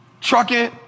Trucking